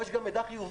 פה יש גם מידע חיובי.